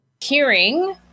hearing